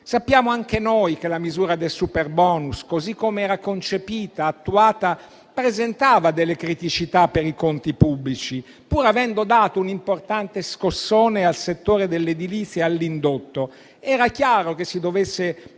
Sappiamo anche noi che la misura del superbonus, così come era concepita e attuata, presentava delle criticità per i conti pubblici, pur avendo dato un importante scossone al settore dell'edilizia e all'indotto. Era chiaro che si dovesse